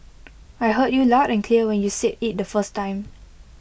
I heard you loud and clear when you said IT the first time